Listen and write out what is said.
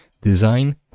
design